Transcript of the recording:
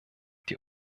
die